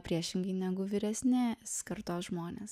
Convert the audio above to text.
priešingai negu vyresnės kartos žmonės